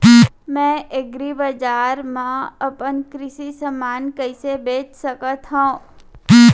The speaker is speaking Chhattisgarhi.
मैं एग्रीबजार मा अपन कृषि समान कइसे बेच सकत हव?